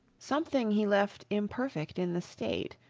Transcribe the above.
something he left imperfect in the state,